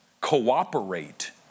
cooperate